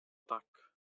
tak